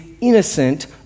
innocent